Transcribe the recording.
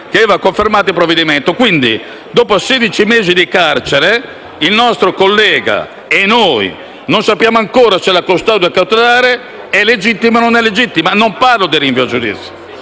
che aveva confermato il provvedimento. Quindi, dopo sedici mesi di carcere, il nostro collega e noi non sappiamo ancora se la custodia cautelare sia o meno legittima. E non parlo del rinvio a giudizio.